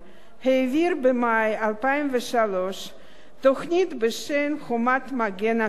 העביר במאי 2003 תוכנית בשם "חומת מגן כלכלית".